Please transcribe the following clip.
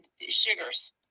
sugars